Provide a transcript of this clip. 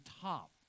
top